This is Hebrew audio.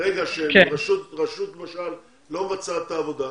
ברגע שרשות לא ממצה את העבודה,